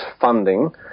funding